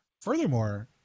furthermore